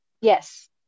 Yes